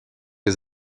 les